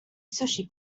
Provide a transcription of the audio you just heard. sushi